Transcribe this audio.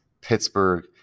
Pittsburgh